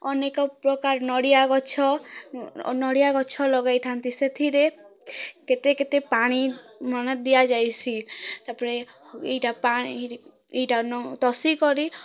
ଅନେକ୍ ପ୍ରକାର୍ ନଡ଼ିଆ ଗଛ ନଡ଼ିଆ ଗଛ ଲଗେଇଥାନ୍ତି ସେଥିରେ କେତେ କେତେ ପାଣିମାନେ ଦିଆଯାଏସି ତା'ର୍ପରେ ଇ'ଟା ଇ'ଟା ନ ତଷିକରି